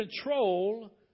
control